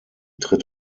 tritt